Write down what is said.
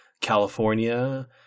California